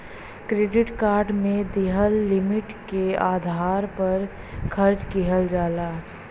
credit card में दिहल limit के आधार पर खर्च किहल जाला